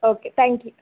okay thank you